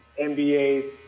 NBA